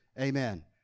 Amen